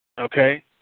Okay